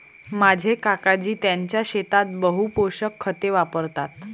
माझे काकाजी त्यांच्या शेतात बहु पोषक खते वापरतात